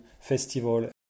Festival